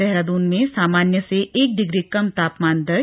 देहरादून में सामान्य से एक डिग्री कम तापमान दर्ज